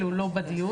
שהיא לא בדיון.